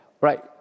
Right